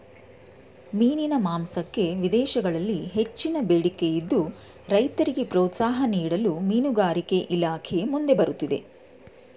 ಮೀನಿನ ಮಾಂಸಕ್ಕೆ ವಿದೇಶಗಳಲ್ಲಿ ಹೆಚ್ಚಿನ ಬೇಡಿಕೆ ಇದ್ದು, ರೈತರಿಗೆ ಪ್ರೋತ್ಸಾಹ ನೀಡಲು ಮೀನುಗಾರಿಕೆ ಇಲಾಖೆ ಮುಂದೆ ಬರುತ್ತಿದೆ